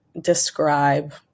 describe